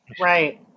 right